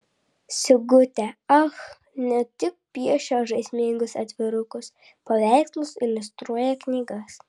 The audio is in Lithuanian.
sigutė ach ne tik piešia žaismingus atvirukus paveikslus iliustruoja knygas